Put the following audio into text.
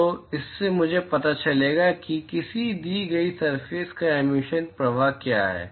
तो इससे मुझे पता चलेगा कि किसी दी गई सरफेस से एमिशन प्रवाह क्या है